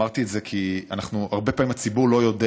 אמרתי את זה כי הרבה פעמים: הציבור לא יודע